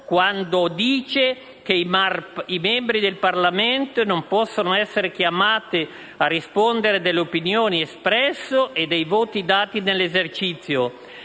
quando dice che "I membri del Parlamento non possono essere chiamati a rispondere delle opinioni espresse e dei voti dati nell'esercizio